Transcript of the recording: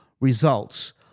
results